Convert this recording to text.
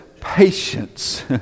patience